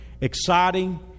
exciting